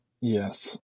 Yes